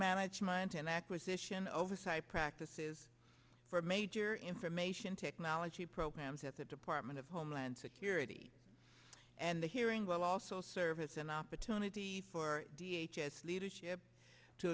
management and acquisition oversight practices for made your information technology programs at the department of homeland security and the hearing will also serve as an opportunity for d h s leadership to